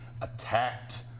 attacked